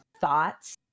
thoughts